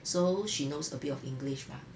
so she knows a bit of english mah